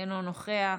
אינו נוכח.